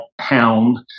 hound